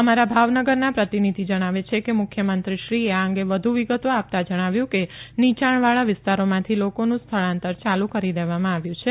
અમારા ભાવનગરના પ્રતિનિધિ જણાવે છે કે મુખ્યંમંત્રીશ્રીએ આ અંગે વધુ વિગતો આપતા જણાવ્યું કે નિયાણવાળા વિસ્તારોમાંથી લોકોનું સ્થળાંતર યાલુ કરી દેવામાં આવ્યું છે